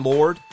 Lord